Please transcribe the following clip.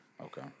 Okay